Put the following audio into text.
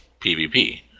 PvP